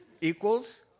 Equals